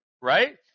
Right